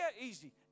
easy